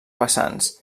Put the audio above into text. vessants